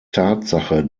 tatsache